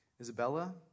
Isabella